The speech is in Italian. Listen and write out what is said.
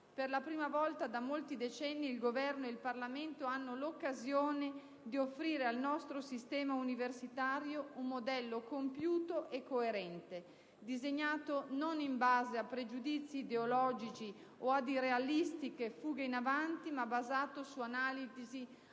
Per la prima volta da molti decenni il Governo e il Parlamento hanno l'occasione di offrire al nostro sistema universitario un modello compiuto e coerente, disegnato non in base a pregiudizi ideologici o ad irrealistiche fughe in avanti, ma basato su analisi